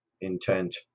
intent